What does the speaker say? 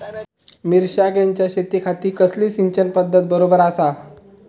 मिर्षागेंच्या शेतीखाती कसली सिंचन पध्दत बरोबर आसा?